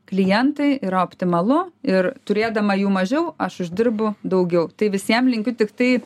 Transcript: klientai yra optimalu ir turėdama jų mažiau aš uždirbu daugiau tai visiem linkiu tiktai